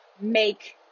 make